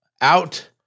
out